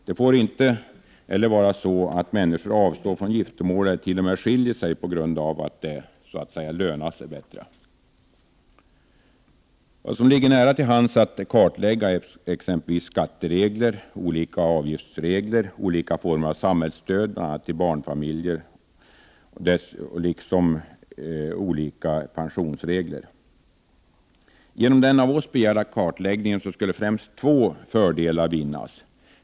Det får inte vara så att människor avstår från giftermål eller t.o.m. skiljer sig på grund av att det så att säga lönar sig bättre. Vad som ligger nära till hands att kartlägga är skattereglerna, olika avgiftsregler, olika former av samhällsstöd, bl.a. till barnfamiljerna, liksom olika pensionsregler. Genom den av oss begärda kartläggningen skulle främst två fördelar vinnas.